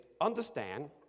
understand